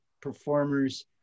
performers